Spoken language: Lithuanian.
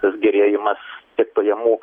tas gerėjimas tiek pajamų